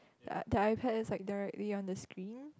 yeah the iPad is like directly on the screen